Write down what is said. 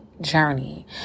journey